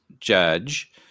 judge